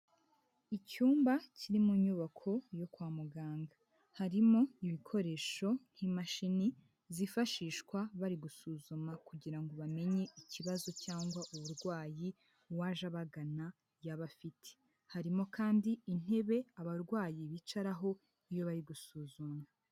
Icyumba kiri mu nyubako yo kwa muganga. Harimo ibikoresho nk'imashini zifashishwa bari gusuzuma, kugira ngo bamenye ikibazo cyangwa uburwayi uwaje abagana yaba afite. Harimo kandi intebe abarwayi bicaraho iyo bari gusuzumwa.